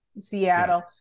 Seattle